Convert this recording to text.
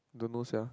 don't know sia